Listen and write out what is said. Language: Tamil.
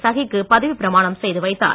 சஹிக்கு பதவிப் பிரமாணம் செய்து வைத்தார்